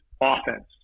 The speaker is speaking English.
offense